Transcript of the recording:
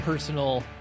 Personal